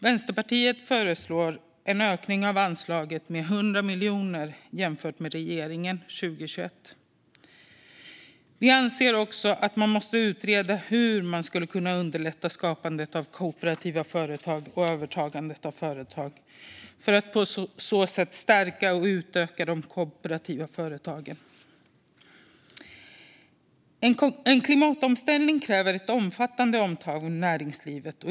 Vänsterpartiet föreslår en ökning av anslaget med 100 miljoner kronor jämfört med regeringen 2021. Vi anser också att man måste utreda hur man skulle kunna underlätta skapandet av kooperativa företag och övertagande av företag för att på så sätt stärka och utöka de kooperativa företagen. En klimatomställning kräver ett omfattande omtag av näringslivet.